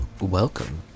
Welcome